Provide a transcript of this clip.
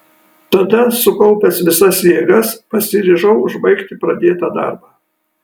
tada sukaupęs visas jėgas pasiryžau užbaigti pradėtą darbą